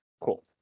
Cool